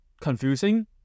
confusing